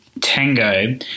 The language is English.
Tango